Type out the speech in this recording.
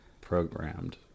programmed